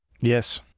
Yes